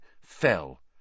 fell